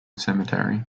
cemetery